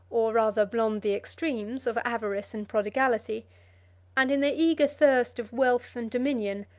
or rather blond the extremes, of avarice and prodigality and in their eager thirst of wealth and dominion,